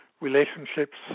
relationships